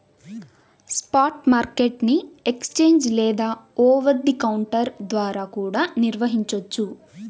spot market ని exchange లేదా over the counter ద్వారా కూడా నిర్వహించొచ్చు